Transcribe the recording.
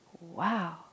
wow